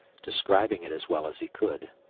describing it as well as he could.